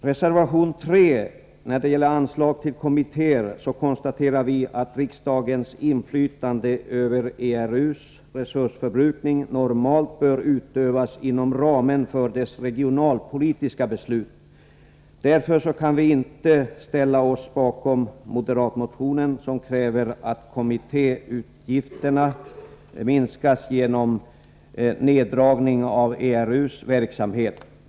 Reservation 3 gäller anslag till kommittéer. Vi konstaterar där att riksdagens inflytande över ERU:s resursförbrukning normalt bör utövas inom ramen för dess regionalpolitiska beslut. Därför kan vi inte ställa oss bakom moderatmotionen, som kräver att kommittéutgifterna minskas genom neddragning av ERU:s verksamhet.